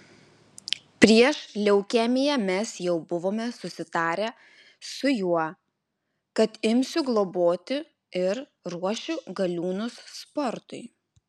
prieš leukemiją mes jau buvome susitarę su juo kad imsiu globoti ir ruošiu galiūnus sportui